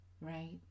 right